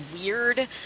weird